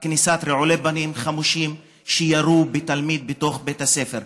כניסת רעולי פנים חמושים שירו בתלמיד בתוך בית הספר.